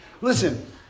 Listen